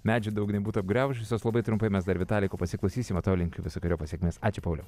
medžių daug nebūtų apgraužusios labai trumpai mes dar vitaliko pasiklausysim o tau linkiu visokeriopos sėkmės ačiū pauliau